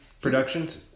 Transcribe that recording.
productions